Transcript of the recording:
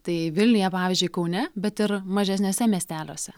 tai vilniuje pavyzdžiui kaune bet ir mažesniuose miesteliuose